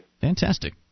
Fantastic